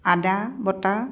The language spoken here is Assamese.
আদা বটা